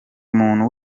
muntu